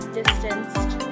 distanced